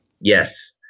Yes